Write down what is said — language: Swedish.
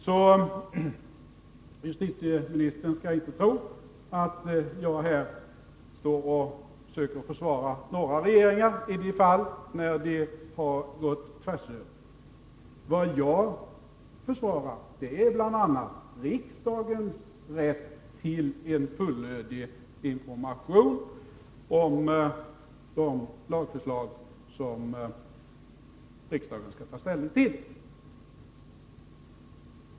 Så justitieministern skall inte tro att jag här står och försöker försvara några regeringar i de fall när de har gått tvärs över. Vad jag försvarar är bl.a. riksdagens rätt till en fullödig information om de lagförslag som riksdagen skall ta ställning till.